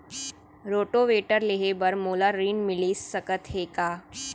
Rotavator लेहे बर मोला ऋण मिलिस सकत हे का?